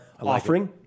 offering